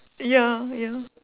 ya ya